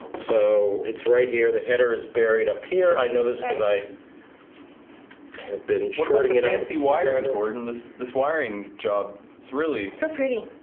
so it's right here the header is buried up here. i know this because i have been shorting a nancy wiring gordon this this wiring job. it's really so pretty